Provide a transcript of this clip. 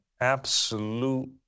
absolute